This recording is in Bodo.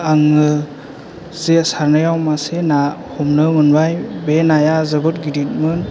आङो जे सारनायाव मोनसे ना हमनो मोनबाय बे नाया जोबोद गिदिरमोन